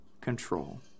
control